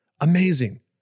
amazing